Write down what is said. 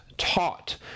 taught